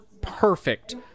perfect